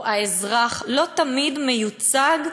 או האזרח, לא תמיד מיוצג,